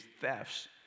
thefts